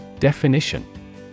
Definition